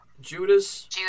Judas